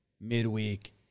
midweek